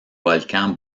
volcans